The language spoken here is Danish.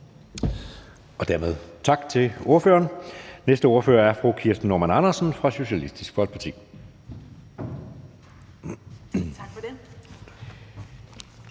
siger vi tak til ordføreren. Næste ordfører er fru Kirsten Normann Andersen fra Socialistisk Folkeparti.